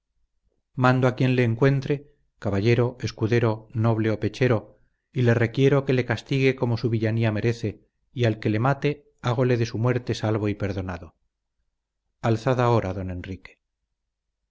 mando a quien le encuentre caballero escudero noble o pechero y le requiero que le castigue como su villanía merece y al que le mate hágole de su muerte salvo y perdonado alzad ahora don enrique